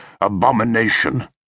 abomination